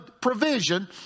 provision